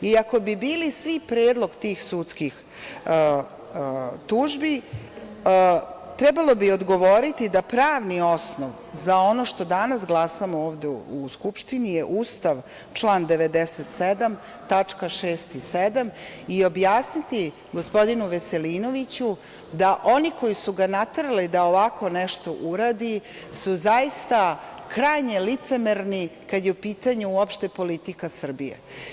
I, ako bi bili svi predmet tih sudskih tužbi, trebalo bi odgovoriti da pravni osnov za ono što danas glasamo ovde u Skupštini je Ustav, član 97. tačka 6. i 7. i objasniti gospodinu Veselinoviću da oni koji su ga naterali da ovako nešto uradi su zaista krajnje licemerni kad je u pitanju uopšte politika Srbije.